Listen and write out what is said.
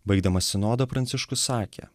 baigdamas sinodą pranciškus sakė